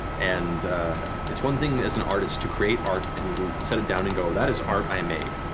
and it's one thing as an artist to create art and set it down and go that is art i made,